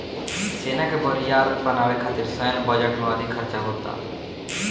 सेना के बरियार बनावे खातिर सैन्य बजट में अधिक खर्चा होता